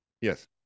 Yes